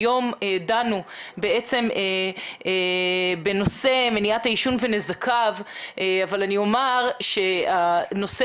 היום דנו בנושא מניעת העישון ונזקיו אבל אני אומר שהנושא